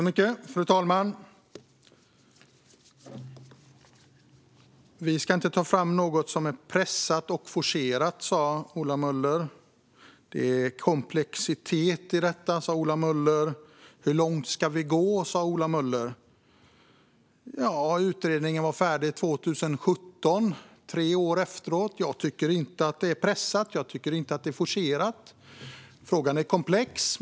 Fru talman! Vi ska inte ta fram något som är pressat och forcerat, sa Ola Möller. Det är komplexitet i detta, sa Ola Möller. Hur långt ska vi gå, sa Ola Möller? Utredningen var färdig 2017. Tre år efteråt tycker jag inte är pressat. Jag tycker inte att det är forcerat. Frågan är komplex.